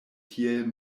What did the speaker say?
tiel